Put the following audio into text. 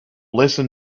listen